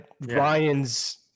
Ryan's